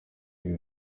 ibi